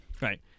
Right